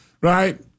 right